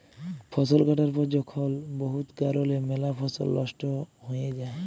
ফসল কাটার পর যখল বহুত কারলে ম্যালা ফসল লস্ট হঁয়ে যায়